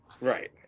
Right